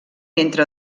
entre